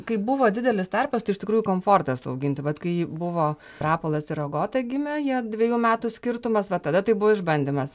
kai buvo didelis tarpas tai iš tikrųjų komfortas auginti vat kai buvo rapolas ir agota gimė jie dviejų metų skirtumas va tada tai buvo išbandymas